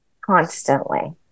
constantly